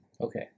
Okay